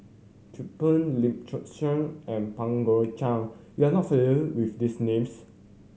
Chin Peng Lim Chin Siong and Pang Guek Cheng you are not familiar with these names